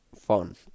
fun